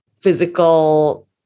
physical